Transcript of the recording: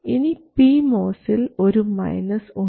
ഇനി പി മോസിൽ ഒരു മൈനസ് ഉണ്ട്